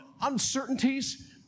uncertainties